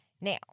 Now